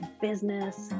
business